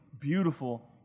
beautiful